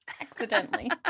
accidentally